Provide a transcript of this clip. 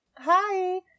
Hi